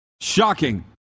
Shocking